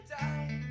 die